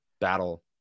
battle